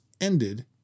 ended